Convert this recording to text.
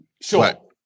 Sure